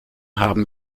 haben